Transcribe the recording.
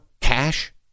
cash